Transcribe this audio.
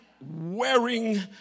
wearing